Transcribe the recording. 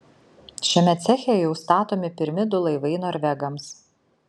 šiame ceche jau statomi pirmi du laivai norvegams